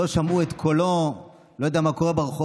לא שמעו את קולו, הוא לא יודע מה קורה ברחובות